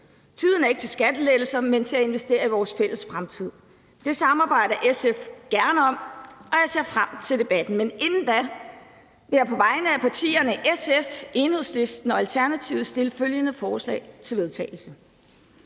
Tiden er ikke til skattelettelser, men til at investere i vores fælles fremtid. Det samarbejder SF gerne om, og jeg ser frem til debatten, men inden da vil jeg på vegne af partierne SF, Enhedslisten og Alternativet fremsætte følgende: Forslag til vedtagelse